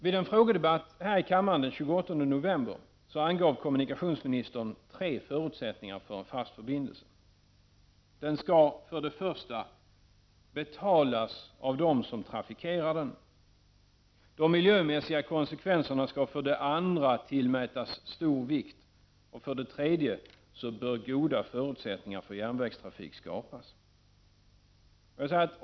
Vid en frågedebatt här i kammaren den 28 november angav kommunikationsministern tre förutsättningar för en fast förbindelse: den skall för det första ”betalas av dem som trafikerar den”, de miljömässiga konsekvenserna skall för det andra tillmätas stor vikt, och för det tredje bör ”goda förutsättningar för järnvägstrafik skapas”.